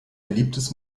beliebtes